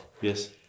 Yes